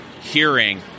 hearing